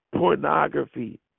pornography